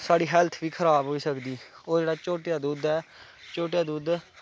साढ़ी हैल्थ बी खराब होई सकदी होर जेह्ड़ा झोटी दा दुद्ध ऐ झोटी दा दुद्ध